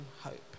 hope